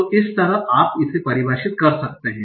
तो इस तरह आप इसे परिभाषित कर सकते हैं